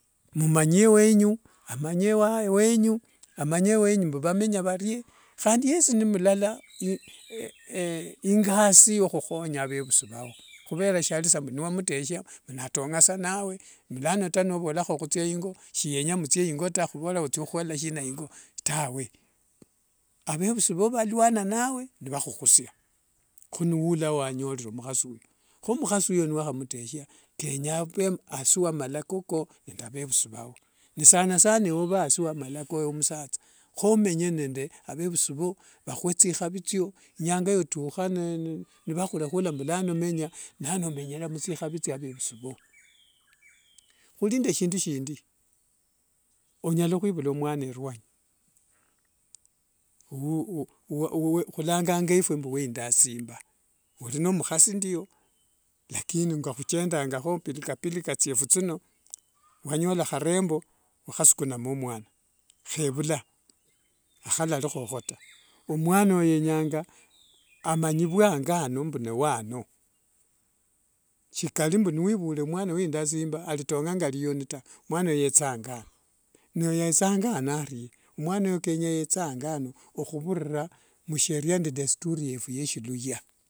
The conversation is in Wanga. Mumanyie wenyu amanye amanye mbu wenyu vamenya varie handi yesi n mulala ingasivya khukhonya avevusi vao khuvera shali sa ngawamuteshia natonga nawe lano navolakho khuthia ingo shiyenya muthie ingo taa mbu nothia khukhola shina ingo, tawe avevusi vo valwana nawe nivakhukhusia hii niwulira uwanyorera mukhasi uno, kho omukhasi uyo niwakhamuteshia kenya avwe asi qa malako koo nende avevusi vao. Nisanasana ewe ove asi wa mako ewe musatha khomenye nende avevusi voo vahwe thikhavi nyanga yotukha nivakhulekhula mbulano menya vilai nilano omenyere muthi khavi thia vevusi voo khuli nende shindu shindi onyala khwevula omwana eruanyi khulanga mbwefwe indasimba. Olimukhasi ndio lakini ngokhunchendangakho pilika pilika thiefu thino wanyola kharembo wakhasukanamo mwana khevula akhali khokho taa. Omwana oyo yenyanga amanyivwe ango ano mbu n wa ango ano. Shikali mbu niwivule omwana wa indasimba shalitonga nga liyoni taa, yethe ango ano. Na yetha ango ano arie? Mwana oyo kenya yethe ango ano ukhuvurira musheria nende desturi yefu yeshiluhya.